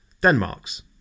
Denmark's